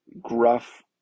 gruff